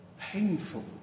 Painful